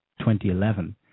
2011